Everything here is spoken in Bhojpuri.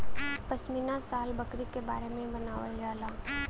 पश्मीना शाल बकरी के बार से बनावल जाला